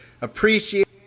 appreciate